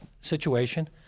situation